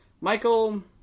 Michael